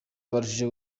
yabarushije